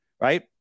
Right